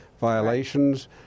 violations